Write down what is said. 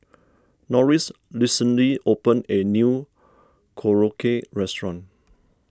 Norris recently opened a new Korokke restaurant